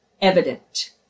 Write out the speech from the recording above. evident